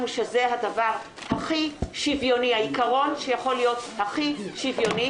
שזה העיקרון שיכול להיות הכי שוויוני.